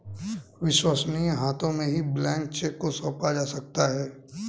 विश्वसनीय हाथों में ही ब्लैंक चेक को सौंपा जा सकता है